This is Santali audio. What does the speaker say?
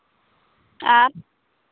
ᱟᱨ